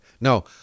No